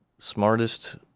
smartest